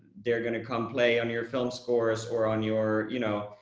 they're gonna come play on your film scores or on your, you know,